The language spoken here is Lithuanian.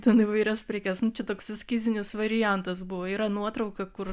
ten įvairias prekes toks eskizinis variantas buvo yra nuotrauka kur